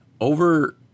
over